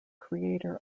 creator